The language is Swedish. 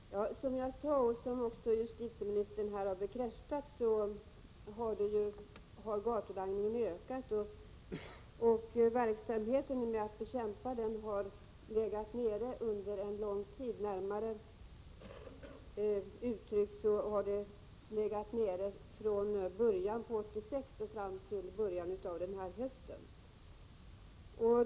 Fru talman! Som jag sade och som justitieministern bekräftade har gatulangningen ökat. Bekämpningen av den har legat nere under en lång tid, närmare uttryckt från början av 1986 fram till början av denna höst.